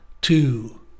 two